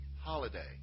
holiday